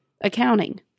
accounting